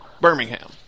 Birmingham